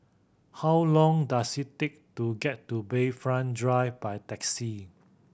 how long does it take to get to Bayfront Drive by taxi